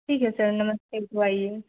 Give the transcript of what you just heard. ठीक है सर नमस्ते तो आइए